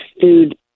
food